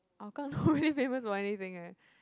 Hougang not really famous for anything eh